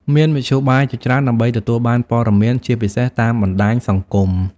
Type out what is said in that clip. មានមធ្យោបាយជាច្រើនដើម្បីទទួលបានព័ត៌មានជាពិសេសតាមបណ្តាញសង្គម។